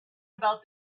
about